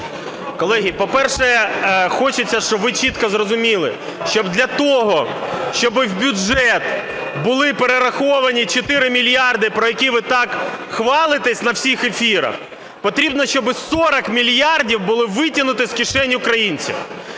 Колеги, по-перше, хочеться, щоб ви чітко зрозуміли, щоб для того, щоби в бюджет були перераховані 4 мільярди, про які ви так хвалитесь на всіх ефірах, потрібно, щоб 40 мільярдів були витягнуті з кишень українців.